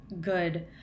good